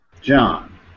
John